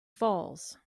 falls